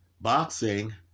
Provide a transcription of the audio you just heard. boxing